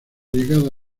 llegada